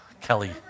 kelly